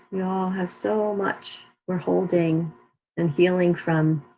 y'all have so much, were holding and healing from.